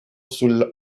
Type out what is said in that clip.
sul